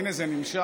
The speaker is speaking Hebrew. הינה, זה נמשך.